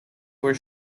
were